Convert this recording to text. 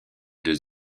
deux